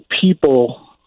people